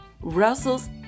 Russell's